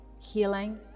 healing